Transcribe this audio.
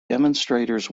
demonstrators